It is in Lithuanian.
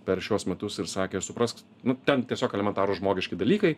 per šiuos metus ir sakė suprask nu ten tiesiog elementarūs žmogiški dalykai